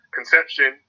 Conception